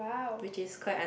!wow!